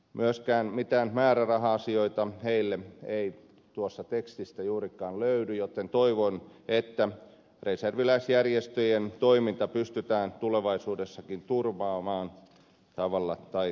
myöskään mitään määräraha asioita heille ei tuosta tekstistä juurikaan löydy joten toivon että reserviläisjärjestöjen toiminta pystytään tulevaisuudessakin turvaamaan tavalla tai toisella